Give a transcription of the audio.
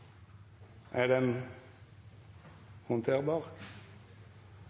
er den